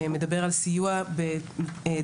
מדבר על סיוע תזונתי,